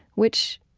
which,